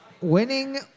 Winning